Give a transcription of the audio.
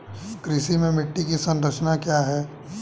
कृषि में मिट्टी की संरचना क्या है?